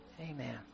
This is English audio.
Amen